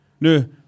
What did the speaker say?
No